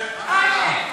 אה, הנה.